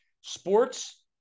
sports